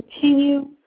continue